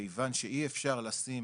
מכיוון, שאי אפשר לשים